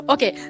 Okay